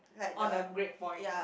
all the great point